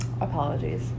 Apologies